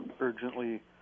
urgently